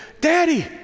daddy